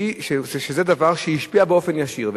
שזה דבר שהשפיע באופן ישיר.